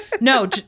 No